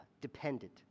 dependent